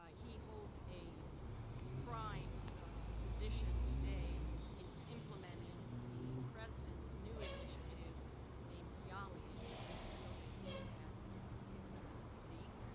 ah he holds a a prime position today in implementing the president's new initiative named yali, and we'll get into that when it's his turn to speak.